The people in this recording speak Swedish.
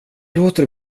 låter